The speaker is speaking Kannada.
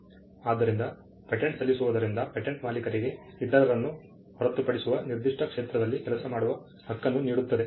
ಆದ್ದರಿಂದ ಪೇಟೆಂಟ್ ಸಲ್ಲಿಸುವುದರಿಂದ ಪೇಟೆಂಟ್ ಮಾಲೀಕರಿಗೆ ಇತರರನ್ನು ಹೊರತುಪಡಿಸುವ ನಿರ್ದಿಷ್ಟ ಕ್ಷೇತ್ರದಲ್ಲಿ ಕೆಲಸ ಮಾಡುವ ಹಕ್ಕನ್ನು ನೀಡುತ್ತದೆ